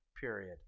period